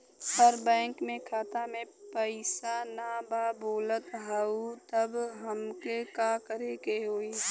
पर बैंक मे खाता मे पयीसा ना बा बोलत हउँव तब हमके का करे के होहीं?